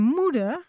moeder